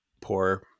poor